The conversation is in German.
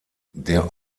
der